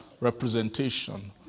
representation